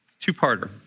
Two-parter